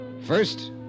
First